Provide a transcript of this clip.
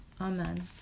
Amen